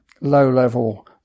low-level